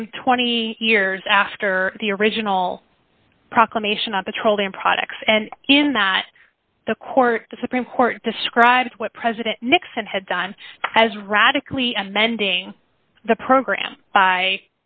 some twenty years after the original proclamation of petroleum products and in that the court the supreme court describes what president nixon had done as radically amending the program by